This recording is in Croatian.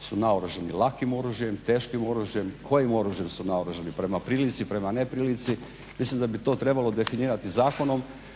su naoružani, lakim oružjem, teškim oružjem, kojim oružjem su naoružani, prema prilici, prema neprilici. Mislim da bi to trebalo definirati zakonom,